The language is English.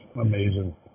Amazing